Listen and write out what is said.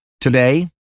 Today